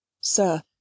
sir